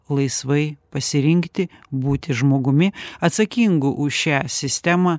laisvai pasirinkti būti žmogumi atsakingu už šią sistemą